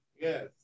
yes